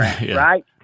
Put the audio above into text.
right